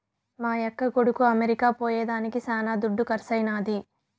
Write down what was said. మా యక్క కొడుకు అమెరికా పోయేదానికి శానా దుడ్డు కర్సైనాది